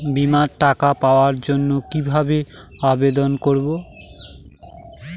বিমার টাকা পাওয়ার জন্য কিভাবে আবেদন করব?